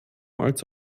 als